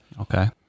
Okay